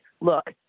look